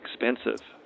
expensive